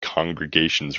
congregations